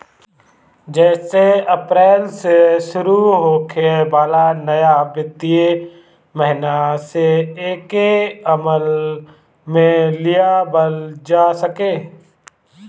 जेसे अप्रैल से शुरू होखे वाला नया वित्तीय महिना से एके अमल में लियावल जा सके